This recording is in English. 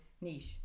niche